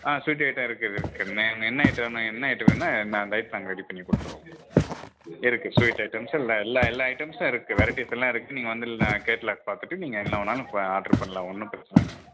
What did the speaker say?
ஆ sweet item இருக்குது என்ன item வேணுமோ என்ன ஐட்டம் வேணுமோ நாங்கள் வெயிட் பண்ணி ரெடி பண்ணி கொடுத்துருவோம் இருக்குது ஸ்வீட் ஐட்டம்ஸ் எல்லா எல்லா எல்லா ஐட்டம்ஸும் இருக்குது வெரைட்டிஸ் எல்லாம் இருக்குது நீங்கள் வந்து கேட்லாக் பார்த்துட்டு நீங்கள் என்ன வேணுனாலும் இப்போ ஆட்ரு பண்ணலாம் ஒன்றும் பிரச்சனை இல்லைங்க